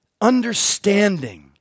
understanding